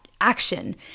action